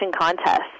contest